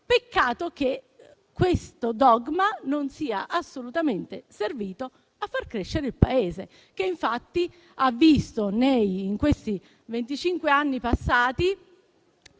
peccato che questo dogma non sia assolutamente servito a far crescere il Paese, che infatti ha visto, in questi venticinque anni passati,